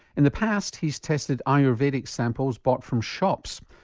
in the past he's tested ayurvedic samples bought from shops.